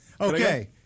Okay